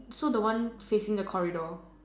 so the one facing the corridor